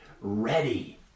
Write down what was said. ready